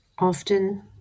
Often